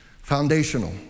Foundational